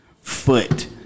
foot